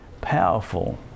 powerful